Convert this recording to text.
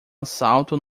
assalto